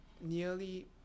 nearly